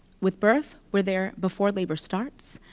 with birth, we're there before labor starts.